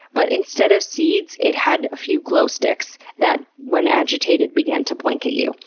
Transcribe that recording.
but instead of seeds, it had a few glow sticks that, when agitated, began to blink at you.